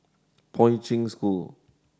Poi Ching School